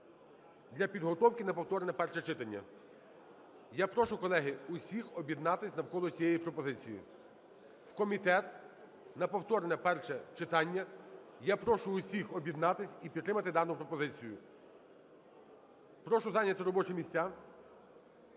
для підготовки на повторне перше читання. Я прошу, колеги, усіх об'єднатися навколо цієї пропозиції: в комітет на повторне перше питання. Я прошу всіх об'єднатися і підтримати дану пропозицію. Прошу зайняти робочі місця,